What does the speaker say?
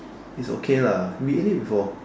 it's okay lah we ate it before